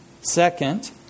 Second